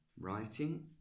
writing